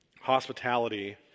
Hospitality